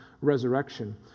resurrection